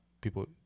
people